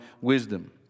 wisdom